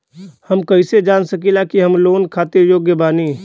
हम कईसे जान सकिला कि हम लोन खातिर योग्य बानी?